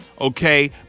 okay